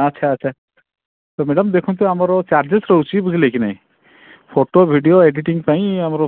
ଆଛା ଆଛା ତ ମ୍ୟାଡ଼ାମ୍ ଦେଖନ୍ତୁ ଆମର ଚାର୍ଜେସ୍ ରହୁଛି ବୁଝିଲେ କି ନାଇ ଫଟୋ ଭିଡ଼ିଓ ଏଡିଟିଂ ପାଇଁ ଆମର